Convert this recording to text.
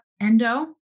endo